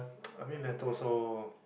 I mean method so